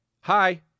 hi